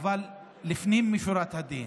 לפנים משורת הדין,